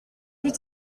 plus